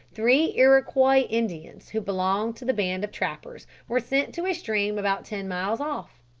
three iroquois indians, who belonged to the band of trappers, were sent to a stream about ten miles off.